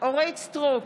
אורית סטרוק,